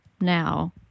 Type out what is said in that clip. now